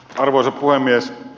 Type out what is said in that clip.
arvoisa puhemies